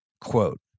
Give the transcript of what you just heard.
Quote